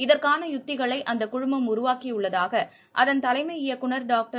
இதற்கான யுக்திகளைஅந்தகுழுமம் உருவாக்கிஉள்ளதாகஅதன் தலைமை இயக்குநர் டாக்டர்